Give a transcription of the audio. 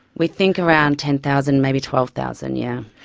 we think around ten thousand, maybe twelve thousand, yeah